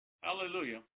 Hallelujah